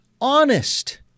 honest